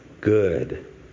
good